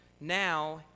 Now